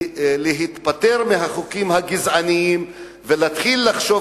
להיפטר מהחוקים הגזעניים ולהתחיל לחשוב